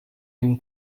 him